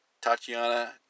Tatiana